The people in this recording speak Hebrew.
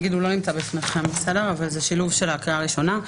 הנוסח לא בפניכם אבל הוא שילוב של הקריאה הראשונה,